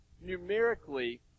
numerically